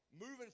Moving